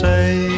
Say